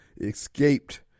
escaped